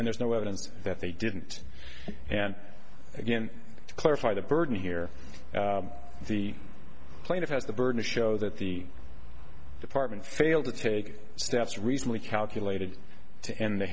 and there's no evidence that they didn't and again to clarify the burden here the plaintiff has the burden to show that the department failed to take steps recently calculated to end the